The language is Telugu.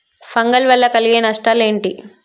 ఫంగల్ వల్ల కలిగే నష్టలేంటి?